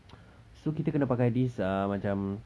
so kita kena pakai this uh macam